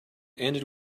ended